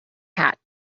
hat